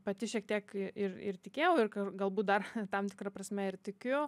pati šiek tiek ir ir tikėjau ir k galbūt dar tam tikra prasme ir tikiu